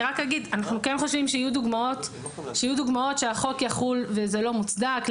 אני רק אומר שאנחנו כן חושבים שיהיו דוגמאות שהחוק יחול וזה לא מוצדק.